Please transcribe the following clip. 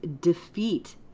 defeat